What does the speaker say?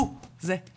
הוא זה שחשוב,